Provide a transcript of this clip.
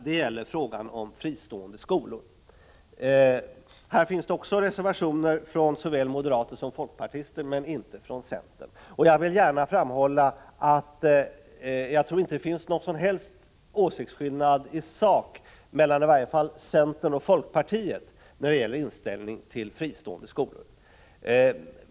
Här finns det också reservationer från såväl moderater som folkpartister — men inte från centerpartister. Jag vill gärna framhålla att jag inte tror att det finns någon som helst åsiktsskillnad i sak mellan i varje fall centern och folkpartiet när det gäller inställningen till fristående skolor.